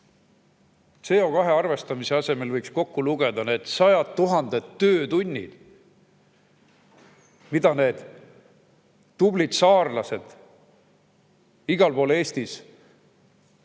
CO2arvestamise asemel võiks kokku lugeda need sajad tuhanded töötunnid, mida tublid saarlased igal pool Eestis tegid,